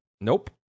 Nope